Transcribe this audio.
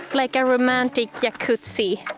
like a romantic you could see